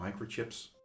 microchips